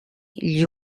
gli